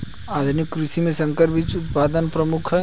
आधुनिक कृषि में संकर बीज उत्पादन प्रमुख है